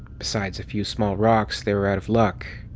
besides a few small rocks, they were out of luck.